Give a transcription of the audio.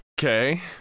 okay